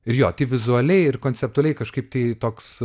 ir jo tai vizualiai ir konceptualiai kažkaip tai toks